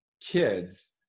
kids